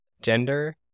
gender